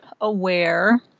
aware